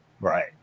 Right